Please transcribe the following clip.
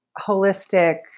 holistic